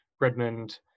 Redmond